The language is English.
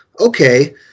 okay